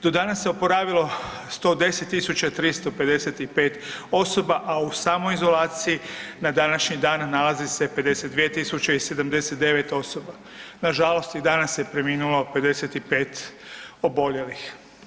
Do danas se oporavilo 110.355 osoba, a u samoizolaciji na današnji dan nalazi se 52.079 osoba, nažalost i danas je preminulo 55 oboljelih.